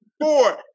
four